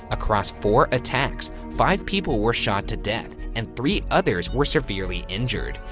across four attacks, five people were shot to death, and three others were severely injured.